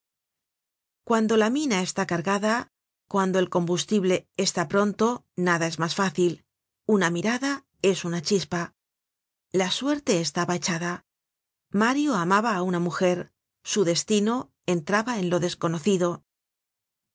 cuando la mina está cargada cuando el combustible está pronto nada es mas fácil una mirada es una chispa la suerte estaba echada mario amaba á una mujer su destino entraba en lo desconocido